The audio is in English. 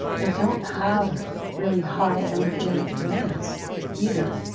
they don't have really high energetic demands either,